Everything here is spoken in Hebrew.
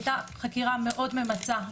הייתה חקירה מאוד ממצה,